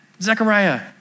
Zechariah